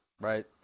right